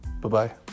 Bye-bye